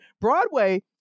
Broadway